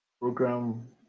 Program